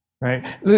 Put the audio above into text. Right